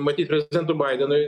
matyt prezidentui baidenui